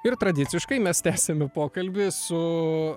ir tradiciškai mes tęsime pokalbį su